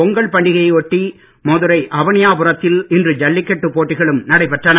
பொங்கல் பண்டிகையை ஒட்டி மதுரை அவனியாபுரத்தில் இன்று ஜல்லிகட்டு போட்டிகளும் நடைபெற்றன